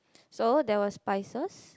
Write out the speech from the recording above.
so there were spices